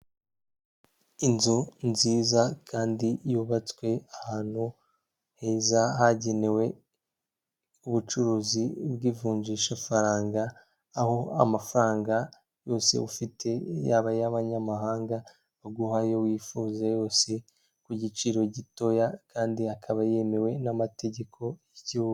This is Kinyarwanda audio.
Inzu nziza kandi yubatswe ahantu heza hagenewe ubucuruzi bw'ivunjisha faranga, aho amafaranga yose ufite yaba ay'abanyamahanga baguha ayo wifuza yose, ku giciro gitoya kandi akaba yemewe n'amategeko y'igihugu.